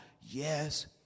yes